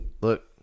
Look